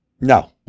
No